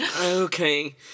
Okay